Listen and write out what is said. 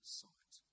sight